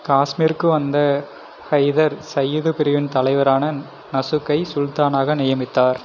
காஷ்மீருக்கு வந்த ஹைதர் சையது பிரிவின் தலைவரான நசுக்கை சுல்தானாக நியமித்தார்